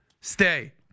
stay